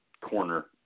corner